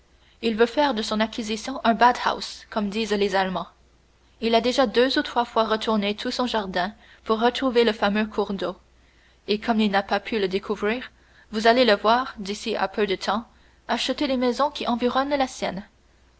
il veut faire de son acquisition un badhaus comme disent les allemands il a déjà deux ou trois fois retourné tout son jardin pour retrouver le fameux cours d'eau et comme il n'a pas pu le découvrir vous allez le voir d'ici à peu de temps acheter les maisons qui environnent la sienne